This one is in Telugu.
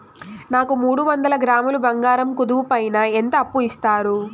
నాకు మూడు వందల గ్రాములు బంగారం కుదువు పైన ఎంత అప్పు ఇస్తారు?